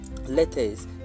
letters